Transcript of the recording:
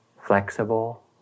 flexible